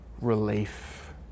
relief